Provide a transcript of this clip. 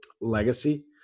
legacy